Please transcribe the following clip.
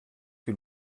que